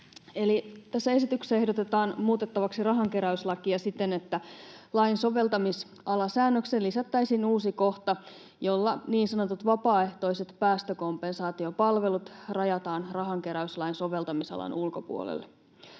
Tässä esityksessä ehdotetaan muutettavaksi rahankeräyslakia siten, että lain soveltamis-alasäännökseen lisättäisiin uusi kohta, jolla niin sanotut vapaaehtoiset päästökompensaa-tiopalvelut rajataan rahankeräyslain soveltamisalan ulkopuolelle.